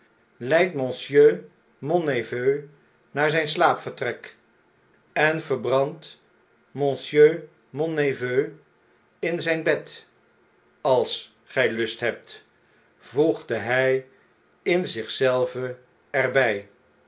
monsieur mon neveu naar zn'n slaapvertrek en verbrandt monsieur mon neveu in zjjn bed als gg lust hebt voegde hij in zich zelven er